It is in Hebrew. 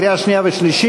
קריאה שנייה ושלישית.